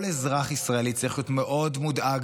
כל אזרח ישראלי צריך להיות מאוד מודאג